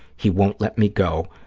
he won't let me go.